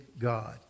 God